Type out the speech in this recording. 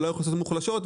אוכלוסיות מוחלשות.